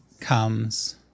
comes